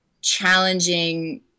challenging